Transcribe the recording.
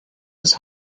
bis